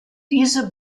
diese